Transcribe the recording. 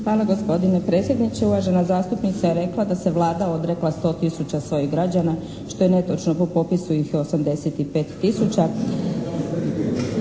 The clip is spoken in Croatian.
Hvala gospodine predsjedniče. Uvažena zastupnica je rekla da se Vlada odrekla 100 tisuća svojih građana, što je netočno. Po popisu ih je